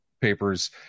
papers